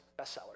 bestseller